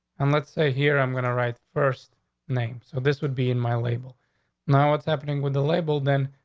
and let's say here, i'm gonna write first name. so this would be in my label now what's happening with the label, then,